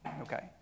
Okay